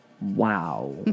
Wow